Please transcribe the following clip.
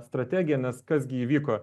strategiją nes kas gi įvyko